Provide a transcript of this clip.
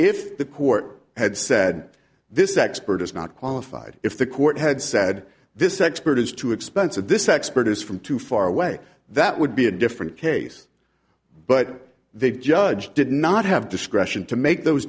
if the court had said this expert is not qualified if the court had said this expert is too expensive this expert is from too far away that would be a different case but they judge did not have discretion to make those